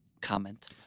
comment